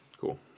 Cool